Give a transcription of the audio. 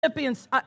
Philippians